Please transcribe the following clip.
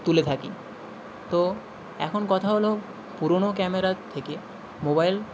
তুলে থাকি তো এখন কথা হলো পুরোনো ক্যামেরার থেকে মোবাইল